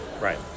Right